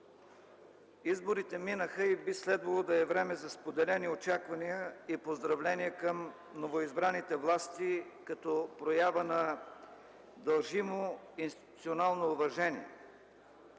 Изборите минаха и би следвало да е време за споделени очаквания и поздравления към новоизбраните власти като проява на дължимо институционално уважение.